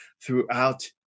throughout